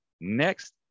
next